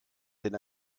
denn